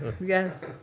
yes